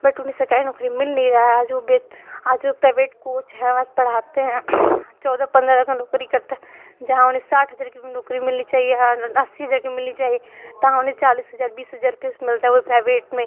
but उन्हे सरकारी नौकरी मिल नही रहा है आज वो आज वो प्राइवेट कोच हैं आज पढ़ाते हैं चौदा पंद्रह का नौकरी करते हैं जहाँ उन्हें साठ हजार की नौकरी मिलनी चाहिए अस्सी हजार की मिलनी चाहिए तहाँ उन्हे चालीस हजार बीस हजार रुपये मिलता है वो भी प्राइवेट में